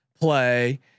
play